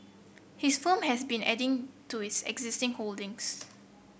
his firm has been adding to its existing holdings